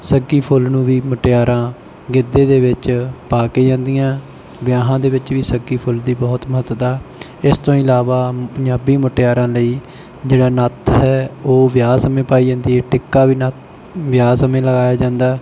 ਸੱਗੀ ਫ਼ੁੱਲ ਨੂੰ ਵੀ ਮੁਟਿਆਰਾਂ ਗਿੱਧੇ ਦੇ ਵਿੱਚ ਪਾ ਕੇ ਜਾਂਦੀਆਂ ਵਿਆਹਾਂ ਦੇ ਵਿੱਚ ਵੀ ਸੱਗੀ ਫ਼ੁੱਲ ਦੀ ਬਹੁਤ ਮਹੱਤਤਾ ਇਸ ਤੋਂ ਇਲਾਵਾ ਪੰਜਾਬੀ ਮੁਟਿਆਰਾਂ ਲਈ ਜਿਹੜਾ ਨੱਥ ਹੈ ਉਹ ਵਿਆਹ ਸਮੇਂ ਪਾਈ ਜਾਂਦੀ ਹੈ ਟਿੱਕਾ ਵੀ ਨ ਵਿਆਹ ਸਮੇਂ ਲਾਇਆ ਜਾਂਦਾ